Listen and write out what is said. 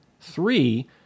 Three